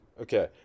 Okay